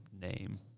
name